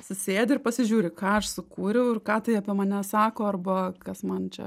susėdi ir pasižiūri ką aš sukūriau ir ką tai apie mane sako arba kas man čia